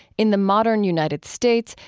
in the modern united states,